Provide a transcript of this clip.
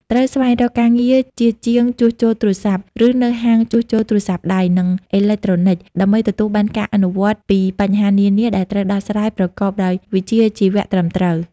ត្រូវស្វែងរកការងារជាជាងជួសជុលទូរស័ព្ទ ឬនៅហាងជួសជុលទូរស័ព្ទដៃ និងអេឡិចត្រូនិច ដើម្បីទទួលបានការអនុវត្តន៍ពីបញ្ហានានាដែលត្រូវដោះស្រាយប្រកបដោយវិជ្ជាជីវះត្រឹមត្រូវ។